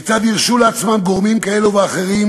כיצד הרשו לעצמם גורמים אלו ואחרים